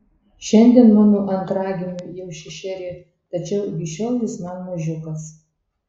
šiandien mano antragimiui jau šešeri tačiau iki šiol jis man mažiukas